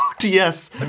Yes